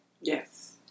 Yes